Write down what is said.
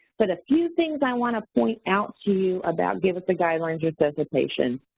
but a few things i wanna point out to you about get with the guidelines-resuscitation.